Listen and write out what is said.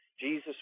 Jesus